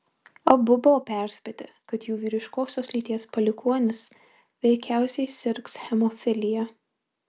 abu buvo perspėti kad jų vyriškosios lyties palikuonis veikiausiai sirgs hemofilija